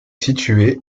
située